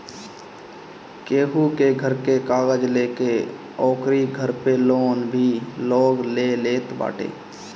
केहू के घर के कागज लेके ओकरी घर पे लोन भी लोग ले लेत बाटे